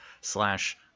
slash